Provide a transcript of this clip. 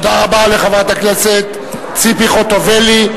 תודה רבה לחברת הכנסת ציפי חוטובלי.